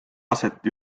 aset